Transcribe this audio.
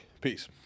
Peace